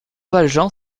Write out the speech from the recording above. valjean